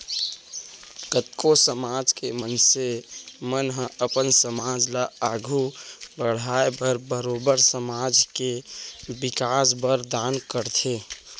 कतको समाज के मनसे मन ह अपन समाज ल आघू बड़हाय बर बरोबर समाज के बिकास बर दान करथे